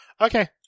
Okay